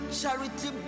charity